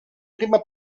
prima